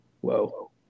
whoa